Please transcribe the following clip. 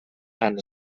han